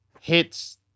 hits